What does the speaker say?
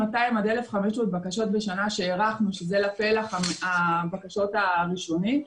1,500 בקשות בשנה שהערכנו שזה לפלח הבקשות הראשוני.